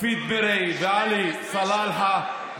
מופיד מרעי ועלי סלאלחה,